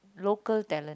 local talent